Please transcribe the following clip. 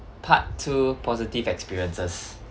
part two positive experiences